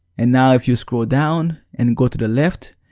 and now if you scroll down and go to the left,